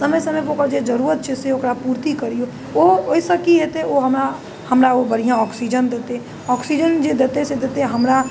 समय समयपर ओकर जे जरूरत छै से ओकरा पूर्ति करिऔ ओ ओहिसँ की हेतै ओ हमरा हमरा ओ बढ़िआँ ऑक्सीजन देतै ऑक्सीजन जे देतै से देतै हमरा